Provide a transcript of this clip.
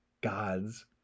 God's